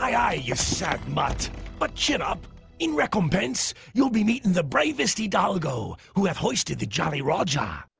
aye aye you sad mutt butt chin up in recompense. you'll be meeting the bravest hidalgo who have hoisted the jolly roger